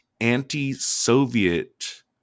anti-soviet